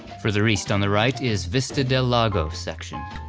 further east, on the right, is vista del lago section.